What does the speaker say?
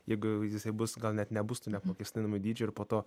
jeigu jisai bus gal net nebus tų neapmokestinamų dydžių ir po to